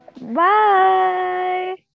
Bye